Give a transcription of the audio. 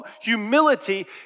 humility